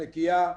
נקייה,